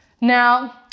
Now